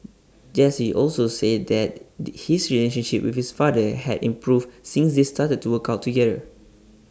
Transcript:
Jesse also said that his relationship with his father had improved since they started to work out together